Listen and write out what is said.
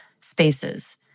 spaces